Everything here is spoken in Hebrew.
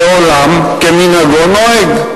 ועולם כמנהגו נוהג.